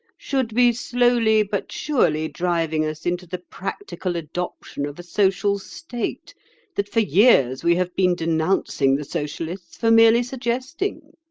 should be slowly but surely driving us into the practical adoption of a social state that for years we have been denouncing the socialists for merely suggesting.